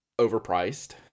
overpriced